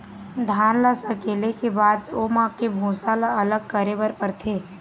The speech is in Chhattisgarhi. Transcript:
धान ल सकेले के बाद म ओमा के भूसा ल अलग करे बर परथे